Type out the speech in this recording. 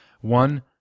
one